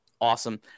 awesome